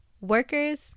Workers